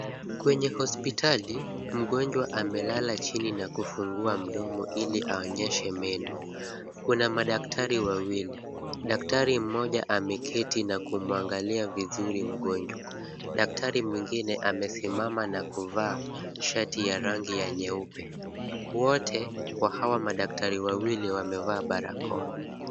Kwenye hospitali mgonjwa amelala chini na kufungua mdomo ili aonyeshe meno. Kuna madaktari wawili, daktari mmoja ameketi na kumuangalia vizuri mgonjwa. Daktari mwingine amesimama na kuvaa shati ya rangi ya nyeupe. Wote kwa hawa madaktari wawili wamevaa barakoa.